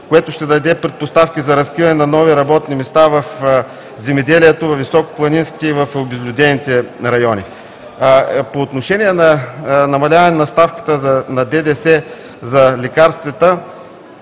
което ще даде предпоставки за разкриване на нови работни места в земеделието във високопланинските и в обезлюдените райони. По отношение на намаляване на ставката на ДДС за лекарствата,